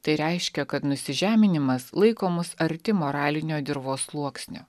tai reiškia kad nusižeminimas laiko mus arti moralinio dirvos sluoksnio